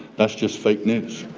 that's just fake news.